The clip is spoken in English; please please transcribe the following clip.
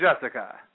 Jessica